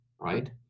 right